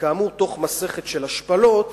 וכאמור תוך מסכת של השפלות,